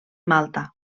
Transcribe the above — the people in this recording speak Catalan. malta